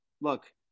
Look